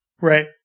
right